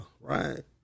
right